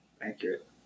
accurate